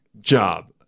job